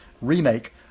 remake